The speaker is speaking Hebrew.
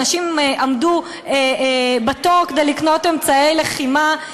אנשים עמדו בתור כדי לקנות אמצעי לחימה,